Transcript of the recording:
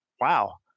wow